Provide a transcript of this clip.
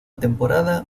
temporada